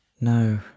No